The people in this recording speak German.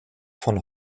von